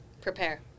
Prepare